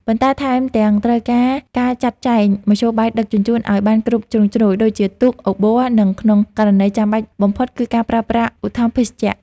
ប៉ុន្តែថែមទាំងត្រូវការការចាត់ចែងមធ្យោបាយដឹកជញ្ជូនឱ្យបានគ្រប់ជ្រុងជ្រោយ ដូចជាទូក អូប័រ និងក្នុងករណីចាំបាច់បំផុតគឺការប្រើប្រាស់ឧទ្ធម្ភាគចក្រ។